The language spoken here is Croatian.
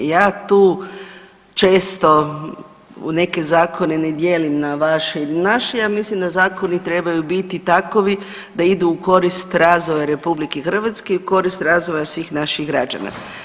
Ja tu često neke zakone ne dijelim na vaše i naše, ja mislim da zakoni trebaju biti takovi da idu u korist razvoja RH i u korist razvoja svih naših građana.